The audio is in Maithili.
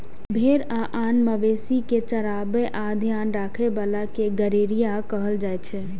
भेड़ आ आन मवेशी कें चराबै आ ध्यान राखै बला कें गड़ेरिया कहल जाइ छै